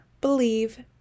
Believe